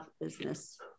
business